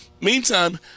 meantime